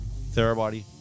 Therabody